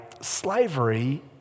slavery